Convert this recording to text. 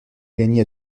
gagner